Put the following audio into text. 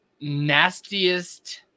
nastiest